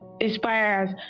inspires